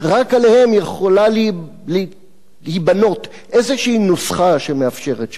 רק עליהם יכולה להיבנות איזו נוסחה שמאפשרת שלום.